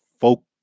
folk